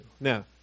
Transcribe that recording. Now